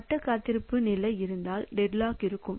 வட்ட காத்திருப்பு நிலை இருந்தால் டெட்லாக் இருக்கும்